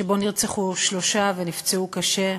שבו נרצחו שלושה ונפצעו קשה.